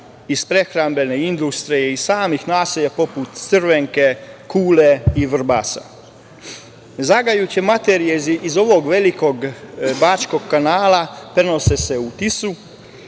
iz prehrambene industrije i samih naselja poput Crvenke, Kule i Vrbasa. Zagađujuće materije iz ovog Velikog bačkog kanala prenose se u Tisu,